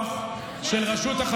מאיפה אתה מביא את זה?